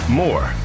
more